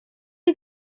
chi